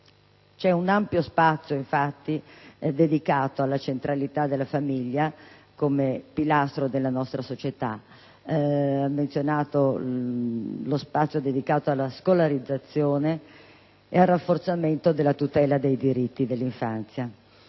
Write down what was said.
un ampio spazio dedicato alla centralità della famiglia come pilastro della nostra società. Il Sottosegretario ha menzionato lo spazio dedicato alla scolarizzazione ed al rafforzamento della tutela dei diritti dell'infanzia.